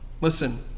Listen